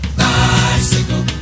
bicycle